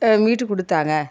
மீட்டு கொடுத்தாங்க